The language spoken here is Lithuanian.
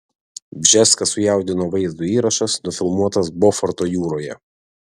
bžeską sujaudino vaizdo įrašas nufilmuotas boforto jūroje